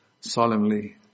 solemnly